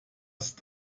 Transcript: ist